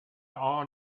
are